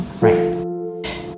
right